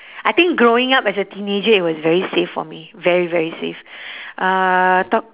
I think growing up as a teenager it was very safe for me very very safe uh talk